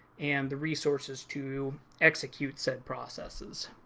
and the resources to execute said processes.